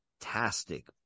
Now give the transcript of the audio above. fantastic